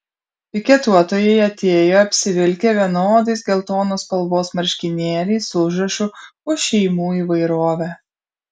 piketuotojai atėjo apsivilkę vienodais geltonos spalvos marškinėliais su užrašu už šeimų įvairovę